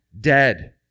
dead